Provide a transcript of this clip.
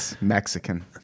Mexican